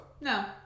No